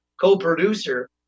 co-producer